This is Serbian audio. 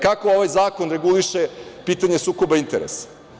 Kako ovaj zakon reguliše pitanje sukoba interesa?